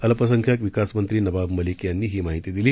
अल्पसंख्याक विकास मंत्री नवाब मलिक यांनी ही माहिती दिली